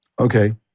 Okay